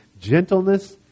gentleness